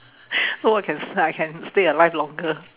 so I can I can stay alive longer